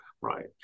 right